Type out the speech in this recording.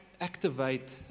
activate